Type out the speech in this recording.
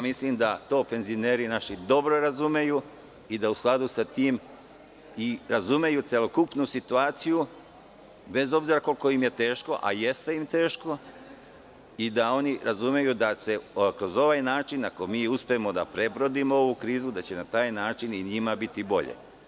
Mislim da to naši penzioneri dobro razumeju i da u skladu sa tim razumeju celokupnu situaciju, bez obzira koliko im je teško, a jeste im teško i da oni razumeju da će na ovaj način, ako uspemo da prebrodimo ovu krizu, i njima biti bolje.